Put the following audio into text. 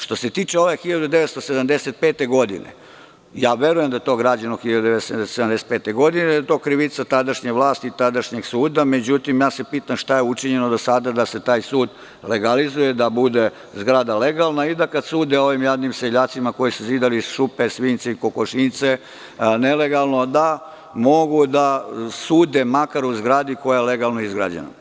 Što se tiče ove 1975. godine, verujem da je to građeno 1975. godine i da je to krivica tadašnje vlasti i tadašnjeg suda, međutim, ja se pitam šta je učinjeno do sada da se taj sud legalizuje, da bude zgrada legalna i da kada sude ovim jadnim seljacima koji su zidali šupe, svinjce i kokošinjce nelegalno, da mogu da sude makar u zgradi koja je legalno izgrađena.